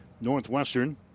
Northwestern